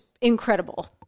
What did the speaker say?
incredible